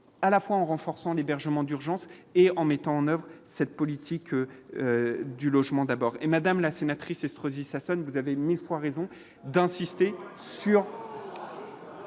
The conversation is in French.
à la fois en renforçant l'hébergement d'urgence et en mettant en oeuvre cette politique du logement d'abord et Madame la sénatrice, Estrosi Sassone vous avez 1000 fois raison d'insister sur.